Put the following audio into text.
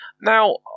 now